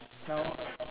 now